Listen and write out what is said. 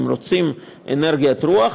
אם רוצים אנרגיית רוח,